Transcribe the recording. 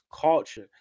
culture